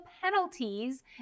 penalties